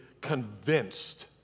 convinced